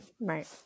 Right